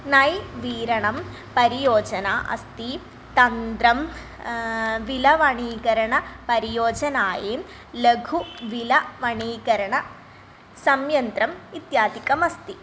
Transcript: नै वीरणं परियोजना अस्ति तन्द्रं विलवणीकरणपरियोजनायेन् लघु विलवणीकरणसम्यन्त्रम् इत्यादिकमस्ति